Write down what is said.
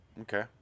okay